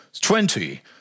twenty